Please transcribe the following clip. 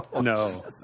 No